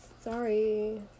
Sorry